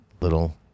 little